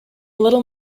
little